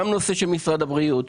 גם נושא של משרד הבריאות.